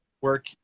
work